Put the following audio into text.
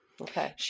Okay